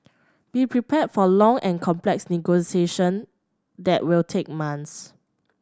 be prepared for long and complex negotiations that will take months